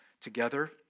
together